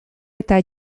eta